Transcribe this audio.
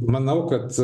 manau kad